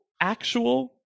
actual